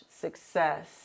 success